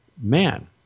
man